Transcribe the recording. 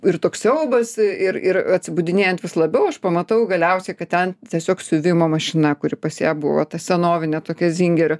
ir toks siaubas ir ir atsibundinėjant vis labiau aš pamatau galiausiai kad ten tiesiog siuvimo mašina kuri pas ją buvo ta senovinė tokia zingerio